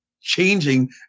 changing